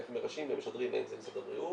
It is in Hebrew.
איך מרשים ומשדרים האם זה משרד הבריאות